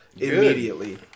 Immediately